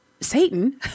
Satan